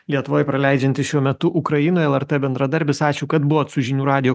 lietuvoj praleidžiantis šiuo metu ukrainoj lrt bendradarbis ačiū kad buvot su žinių radiju